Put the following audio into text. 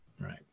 right